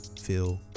feel